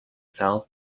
south